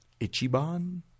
Ichiban